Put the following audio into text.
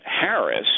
Harris